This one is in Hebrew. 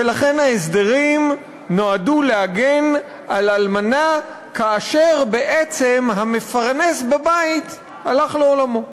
ולכן בעצם ההסדרים נועדו להגן על אלמנה כאשר המפרנס בבית הלך לעולמו.